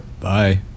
bye